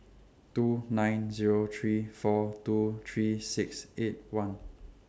two nine Zero three four two three six eight one